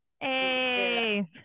Hey